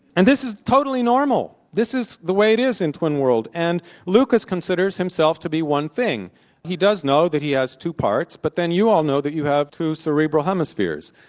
and this is totally normal. this is the way it is in twinworld, and lucas considers himself to be one thing he does know that he has two parts, but then you all know that you have two cerebral hemispheres,